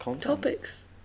topics